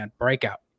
breakout